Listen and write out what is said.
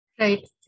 Right